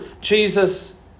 Jesus